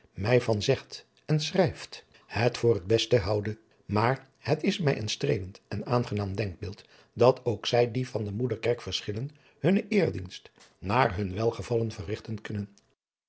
mij van zegt en schrijft het voor het bestehoude maar het is mij een streelend en aangenaam denkbeeld dat ook zij die van de moederkerk verschillen hunnen eerdienst naar hun welgevallen verrigten kunnen